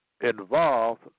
involved